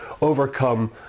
overcome